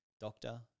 Doctor